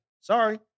Sorry